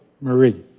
Marie